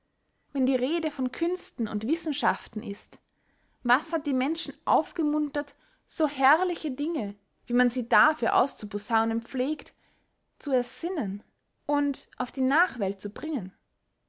wenn die rede von künsten und wissenschaften ist was hat die menschen aufgemuntert so herrliche dinge wie man sie dafür auszuposaunen pflegt zu ersinnen und auf die nachwelt zu bringen